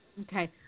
Okay